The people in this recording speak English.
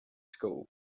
school